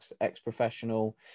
ex-professional